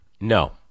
No